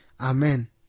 Amen